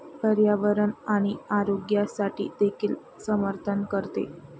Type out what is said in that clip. पर्यावरण आणि आरोग्यासाठी देखील समर्थन करते